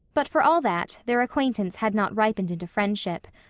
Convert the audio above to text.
but for all that, their acquaintance had not ripened into friendship.